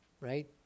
Right